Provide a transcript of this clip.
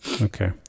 Okay